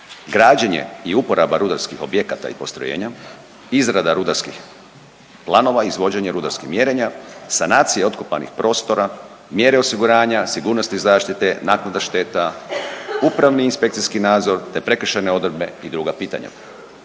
građenje i uporaba rudarskih objekata i postrojenja, izrada rudarskih planova, izvođenje rudarskih mjerenja, sanacija otkopanih prostora, mjere osiguranja, sigurnosti zaštite, naknada šteta, upravni i inspekcijski nadzor te prekršajne odredbe i druga pitanja.